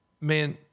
man